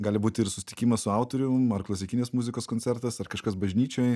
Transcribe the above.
gali būti ir susitikimas su autorium ar klasikinės muzikos koncertas ar kažkas bažnyčioj